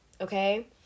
Okay